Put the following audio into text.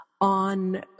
on